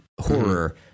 horror